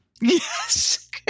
Yes